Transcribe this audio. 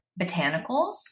botanicals